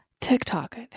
TikTok